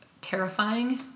terrifying